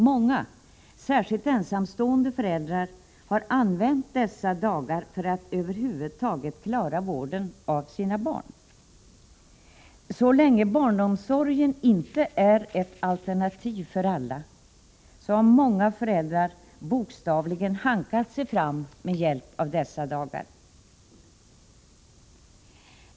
Många, särskilt ensamstående föräldrar, har använt dessa dagar för att över huvud taget klara vården av sina barn. Så länge barnomsorgen inte är ett alternativ för alla har många föräldrar bokstavligen hankat sig fram med hjälp av dessa dagar.